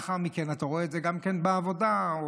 לאחר מכן אתה רואה את זה גם כן בעבודה או